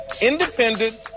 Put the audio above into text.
independent